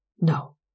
No